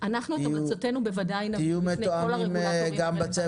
--- אנחנו את המלצותינו בוודאי נביא לכל הרגולטורים.